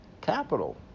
capital